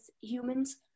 humans